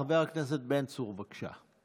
חבר הכנסת בן צור, בבקשה.